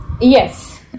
Yes